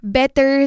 better